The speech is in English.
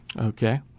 Okay